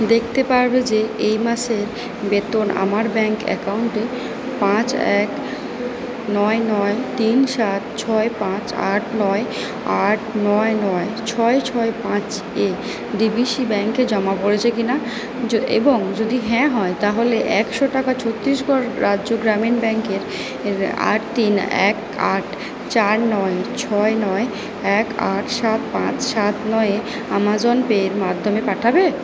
দেখতে পারবে যে এই মাসের বেতন আমার ব্যাঙ্ক অ্যাকাউন্টে পাঁচ এক নয় নয় তিন সাত ছয় পাঁচ আট নয় আট নয় নয় ছয় ছয় পাঁচ এ ডিবিসি ব্যাঙ্কে জমা পড়েছে কিনা য এবং যদি হ্যাঁ হয় তাহলে একশো টাকা ছত্তিশগড় রাজ্য গ্রামীণ ব্যাঙ্কের আট তিন এক আট চার নয় ছয় নয় এক আট সাত পাঁচ সাত নয়ে অ্যামাজন পেয়ের মাধ্যমে পাঠাবে